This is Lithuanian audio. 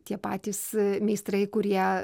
tie patys meistrai kurie